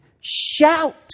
Shout